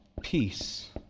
Peace